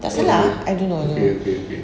tak salah I don't know